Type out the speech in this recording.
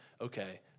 okay